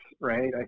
right